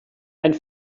and